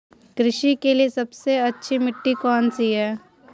कृषि के लिए सबसे अच्छी मिट्टी कौन सी है?